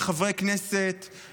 עם חברי כנסת,